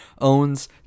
owns